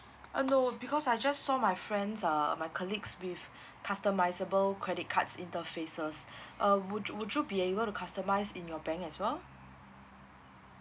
uh no because I just saw my friends uh my colleagues with customizable credit cards interfaces uh would you would you be able to customize in your bank as well